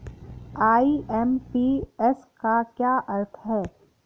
IMPS का क्या अर्थ है?